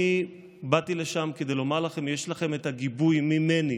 אני באתי לשם כדי לומר להם: יש לכם את הגיבוי ממני,